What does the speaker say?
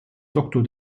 doktor